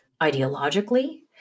ideologically